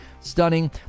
stunning